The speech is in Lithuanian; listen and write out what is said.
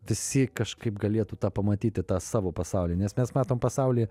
visi kažkaip galėtų tą pamatyti tą savo pasaulį nes mes matom pasaulį